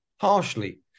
harshly